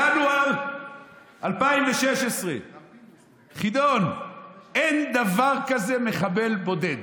בינואר 2016, חידון: "אין דבר כזה מחבל בודד".